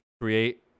create